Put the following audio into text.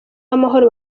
w’amahoro